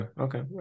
Okay